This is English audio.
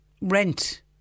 rent